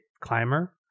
climber